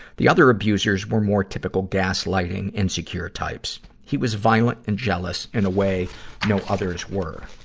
the other abusers were more typical gaslighting, insecure types. he was violent and jealous in a way no others were.